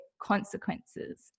consequences